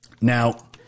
Now